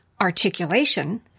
articulation